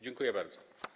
Dziękuję bardzo.